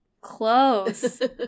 Close